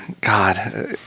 God